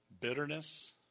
Bitterness